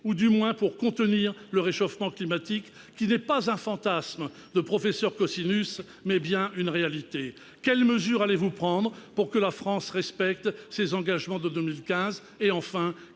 ou, du moins, contenir le réchauffement climatique, qui, loin d'un fantasme de professeur Cosinus, est bien une réalité ? Quelles mesures allez-vous prendre pour que la France respecte ses engagements de 2015 ? Enfin,